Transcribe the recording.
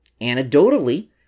Anecdotally